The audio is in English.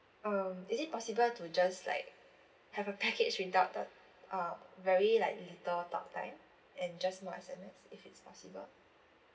um is it possible to just like have a package without the uh very like little talktime and just more S_M_S if it's possible